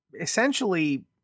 essentially